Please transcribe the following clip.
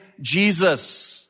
Jesus